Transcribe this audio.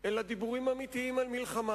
אלא דיבורים אמיתיים על מלחמה.